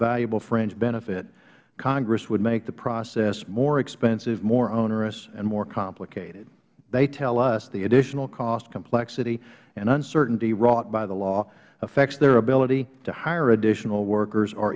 valuable fringe benefit congress would make the process more expensive more onerous and more complicated they tell us the additional cost complexity and uncertainty wrought by the law affects their ability to hire additional workers or